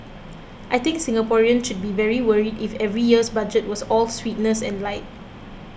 I think Singaporeans should be very worried if every year's budget was all sweetness and light